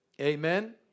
Amen